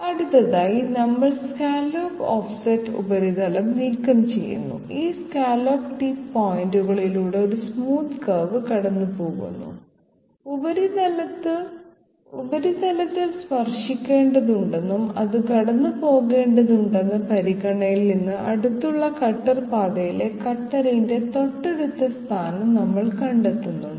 അടുത്തതായി നമ്മൾ scallop offset ഉപരിതലം നീക്കംചെയ്യുന്നു ഈ സ്കല്ലോപ്പ് ടിപ്പ് പോയിന്റുകളിലൂടെ ഒരു സ്മൂത്ത് കർവ് കടന്നുപോകുന്നു ഉപരിതലത്തിൽ സ്പർശിക്കേണ്ടതുണ്ടെന്നും അതും കടന്നുപോകേണ്ടതുണ്ടെന്ന പരിഗണനയിൽ നിന്ന് അടുത്തുള്ള കട്ടർ പാതയിലെ കട്ടറിന്റെ തൊട്ടടുത്ത സ്ഥാനം നമ്മൾ കണ്ടെത്തുന്നു